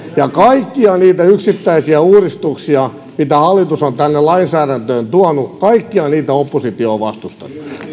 ja kaikkia niitä yksittäisiä uudistuksia mitä hallitus on tänne lainsäädäntöön tuonut kaikkia niitä oppositio on vastustanut